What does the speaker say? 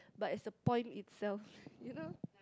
but as a point itself you know